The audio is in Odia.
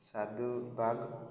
ସାଧୁ ବାଗ